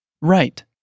Right